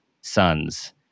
sons